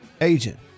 agent